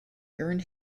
earned